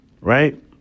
right